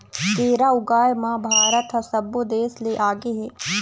केरा ऊगाए म भारत ह सब्बो देस ले आगे हे